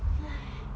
!haiya!